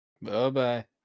Bye-bye